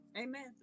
amen